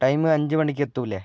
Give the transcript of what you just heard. time അഞ്ച് മണിക്ക് എത്തുവേലെ